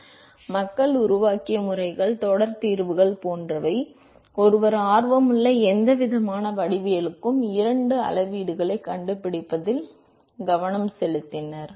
எனவே மக்கள் உருவாக்கிய முறைகள் தொடர் தீர்வுகள் போன்றவை ஒருவர் ஆர்வமுள்ள எந்த விதமான வடிவவியலுக்கும் இந்த இரண்டு அளவுகளைக் கண்டுபிடிப்பதில் அவர்கள் கவனம் செலுத்தினர்